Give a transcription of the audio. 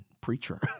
preacher